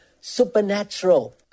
supernatural